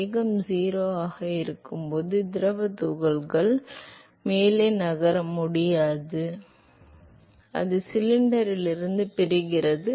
வேகம் 0 ஆக இருக்கும்போது திரவத் துகள் ஓய்வெடுக்கும்போது அது மேலும் நகர முடியாது அது மேலும் நகர முடியாது அதனால் அது சிலிண்டரிலிருந்து பிரிகிறது